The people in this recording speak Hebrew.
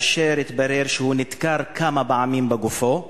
והתברר שהוא נדקר כמה פעמים בגופו.